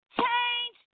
change